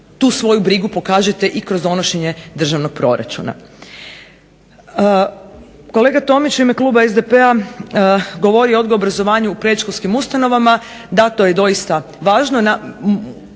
tu svoju brigu pokažete i kroz donošenje državnog proračuna. Kolega Tomić u ime kluba SDP-a govori o odgoju i obrazovanju u predškolskim ustanovama. Da, to je doista važno.